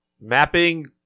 mapping